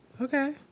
Okay